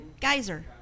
Geyser